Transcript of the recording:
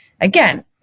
again